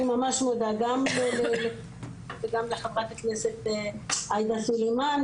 אני ממש מודה גם לחברת הכנסת עאידה סלימאן